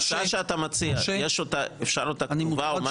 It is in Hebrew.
ההצעה שאתה מציע, אפשר אותה כתובה או משהו?